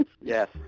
Yes